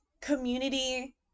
community